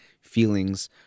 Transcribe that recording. feelings